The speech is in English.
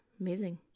Amazing